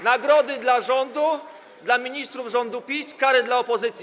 Nagrody dla rządu, dla ministrów z rządu PiS, kary dla opozycji.